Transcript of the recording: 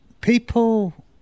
people